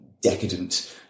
decadent